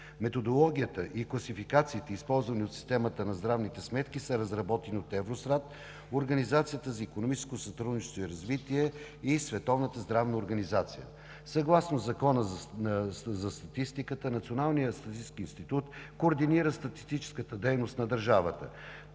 Методологията и класификациите, използвани от системата на здравните сметки, са разработени от Евростат, Организацията за икономическо сътрудничество и развитие (ОИСР) и Световната здравна организация. Съгласно Закона за статистиката Националният статистически институт координира статистическата дейност на държавата.